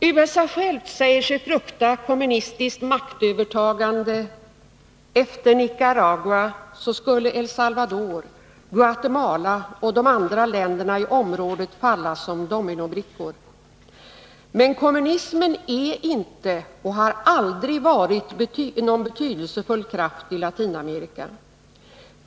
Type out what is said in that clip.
USA självt säger sig frukta kommunistiskt maktövertagande: efter Nicaragua skulle El Salvador, Guatemala och de andra länderna i området falla som dominobrickor. Men kommunismen är inte och har aldrig varit någon betydelsefull kraft i Latinamerika.